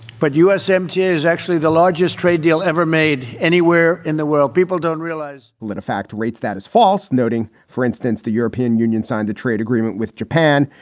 but u s. m g. is actually the largest trade deal ever made anywhere in the world people don't realize politifact rates that as false, noting, for instance, the european union signed a trade agreement with japan,